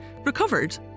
recovered